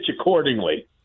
accordingly